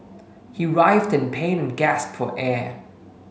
he writhed in pain and gasped for air